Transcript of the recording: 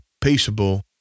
peaceable